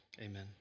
Amen